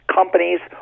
companies